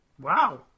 Wow